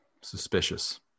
suspicious